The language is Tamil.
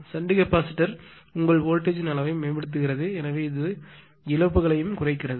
ஷன்ட் கெப்பாசிட்டர் உங்கள் வோல்டேஜ் யை ன் அளவை மேம்படுத்துகிறது எனவே இது இழப்புகளையும் குறைக்கிறது